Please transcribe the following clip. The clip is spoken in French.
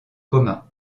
coma